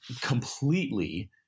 completely